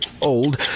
old